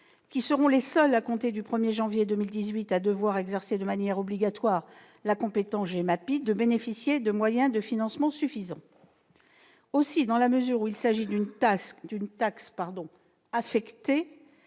qui seront les seuls à compter du 1 janvier 2018 à devoir exercer de manière obligatoire la compétence GEMAPI, de bénéficier de moyens de financement suffisants. Aussi, dans la mesure où il s'agit d'une taxe affectée